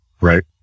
Right